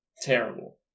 Terrible